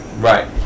Right